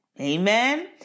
Amen